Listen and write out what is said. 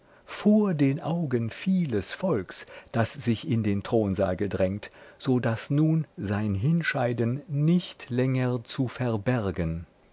vor den augen vieles volks das sich in den thronsaal gedrängt so daß nun sein hinscheiden nicht länger zu verbergen